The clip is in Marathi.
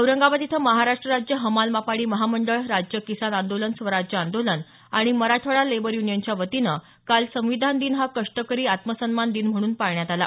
औरंगाबाद इथं महाराष्ट राज्य हमाल मापाडी महामंडळ राज्य किसान आंदोलन स्वराज्य आंदोलन आणि मराठवाडा लेबर युनियनच्या वतीनं काल संविधान दिन हा कष्टकरी आत्मसन्मान दिन म्हणून पाळण्यात आला